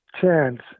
chance